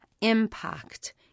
impact